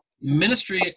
ministry